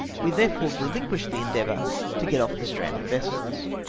we therefore rehnquished the endeavour to get off the stranded vessels.